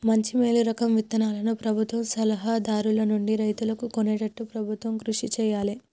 మంచి మేలు రకం విత్తనాలను ప్రభుత్వ సలహా దారుల నుండి రైతులు కొనేట్టు ప్రభుత్వం కృషి చేయాలే